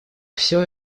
все